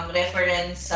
reference